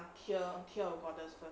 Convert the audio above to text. tier tier your borders first